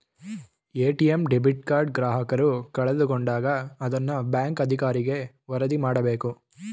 ATM debit card ಗ್ರಾಹಕರು ಕಳೆದುಕೊಂಡಾಗ ಅದನ್ನ ಬ್ಯಾಂಕ್ ಅಧಿಕಾರಿಗೆ ವರದಿ ಮಾಡಬೇಕು